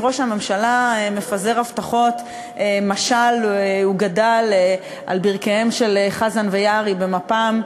את ראש הממשלה מפזר הבטחות משל הוא גדל על ברכיהם של חזן ויערי במפ"ם,